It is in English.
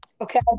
Okay